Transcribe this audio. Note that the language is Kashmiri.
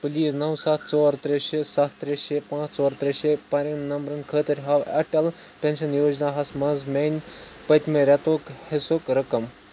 پلیز نو سَتھ ژور ترٛےٚ شیٚے سَتھ ترٛےٚ شیٚے پانٛژھ ژور ترٛےٚ شیٚے پران نمبر خٲطرٕ ہاو اٹل پنشن یوجنا ہَس مَنٛز میانہِ پٔتمہِ رٮ۪تُک حصسُک رقم